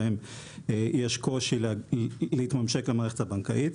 אני אתייחס בקצרה להיבטים של החוץ-בנקאיים שהוזכרו